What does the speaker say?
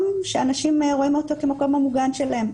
שאנשים רואים אותו כמקום המוגן שלהם,